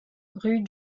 rue